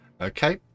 Okay